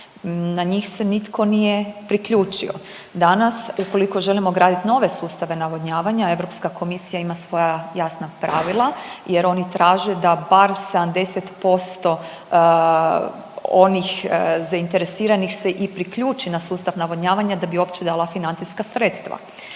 Na njih se nitko nije priključio. Danas, ukoliko želimo graditi nove sustave navodnjavanja, Europska komisija ima svoja jasna pravila jer oni traže da bar 70% onih zainteresiranih se i priključi na sustav navodnjavanja da bi uopće dala financijska sredstva.